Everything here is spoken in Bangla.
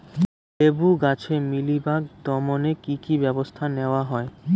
লেবু গাছে মিলিবাগ দমনে কী কী ব্যবস্থা নেওয়া হয়?